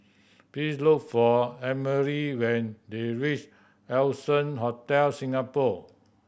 please look for Emery when you reach Allson Hotel Singapore